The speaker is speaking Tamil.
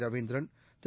ரவீந்திரன் திரு